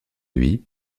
lui